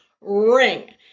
ring